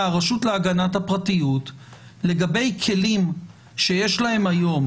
הרשות להגנת הפרטיות לגבי כלים שיש להם היום.